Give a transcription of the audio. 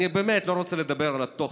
אני באמת לא רוצה להגיב על התוכן,